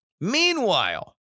Meanwhile